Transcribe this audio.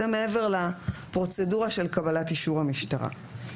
זה מעבר לפרוצדורה של קבלת אישור המשטרה.